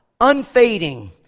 unfading